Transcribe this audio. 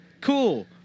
Cool